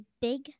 big